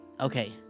Okay